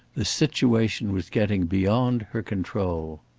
the situation was getting beyond her control.